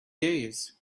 days